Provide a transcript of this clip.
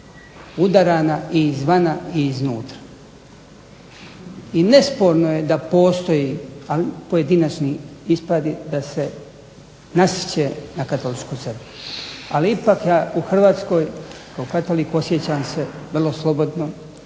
udarana i izvana i iznutra. I nesporno je da postoje pojedinačni ispadi, da se nasrće na katoličku crkvu, ali ipak ja u Hrvatskoj kao katolik osjećam se vrlo slobodno